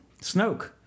Snoke